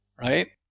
right